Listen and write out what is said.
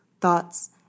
thoughts